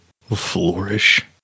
flourish